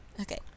Okay